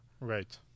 Right